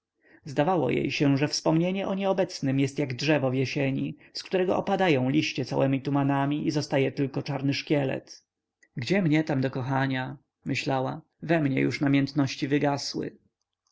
zdawało jej się że wspomnienie o nieobecnym jest jak drzewo w jesieni z którego opadają liście całemi tumanami i zostaje tylko czarny szkielet gdzie mnie tam do kochania myślała we mnie już namiętności wygasły